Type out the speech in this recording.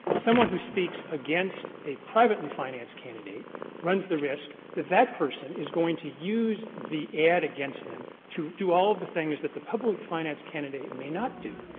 someone who speaks against a privately financed candidate runs the risk that that person is going to use the ad against them to do all of the things that the public financed candidate may not do.